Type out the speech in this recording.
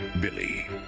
Billy